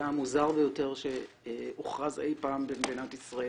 המוזר ביותר שהוכרז אי פעם במדינת ישראל.